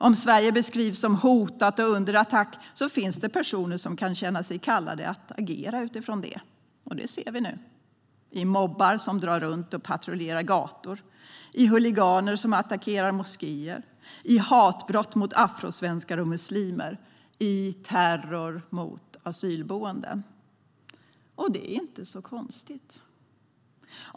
Om Sverige beskrivs som hotat och under attack finns det personer som kan känna sig kallade att agera utifrån det. Det ser vi nu i mobbar som drar runt och patrullerar gator, i huliganer som attackerar moskéer, i hatbrott mot afrosvenskar och muslimer och i terror mot asylboenden. Det är inte så konstigt.